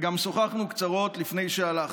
וגם שוחחנו קצרות לפני שהלכת.